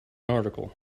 article